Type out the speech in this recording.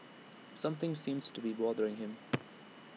something seems to be bothering him